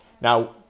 Now